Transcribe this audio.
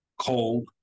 cold